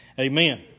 Amen